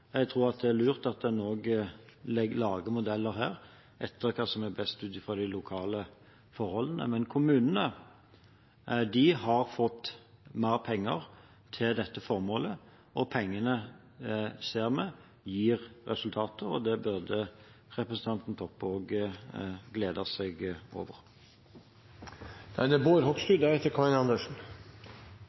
Jeg tror det er lurt at en lager modeller etter hva som er best ut fra de lokale forholdene. Kommunene har fått mer penger til dette formålet, og pengene ser vi gir resultater. Det burde også representanten Toppe glede seg over. Representanten Toppe startet med å si at det